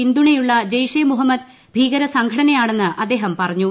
പിന്തുണയുള്ള ജയിഷെ മുഹമ്മദ് ഭീകരസംഘടനയാണെന്ന് അദ്ദേഹം പറഞ്ഞു